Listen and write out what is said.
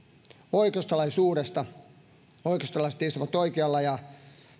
oikeistolaisuudesta oikeistolaiset istuvat oikealla ja